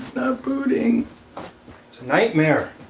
booting. it's a nightmare.